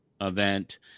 event